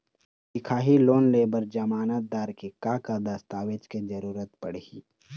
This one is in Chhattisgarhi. दिखाही लोन ले बर जमानतदार के का का दस्तावेज के जरूरत पड़ही?